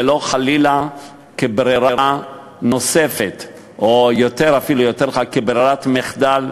ולא חלילה כברירה נוספת או ברירת מחדל,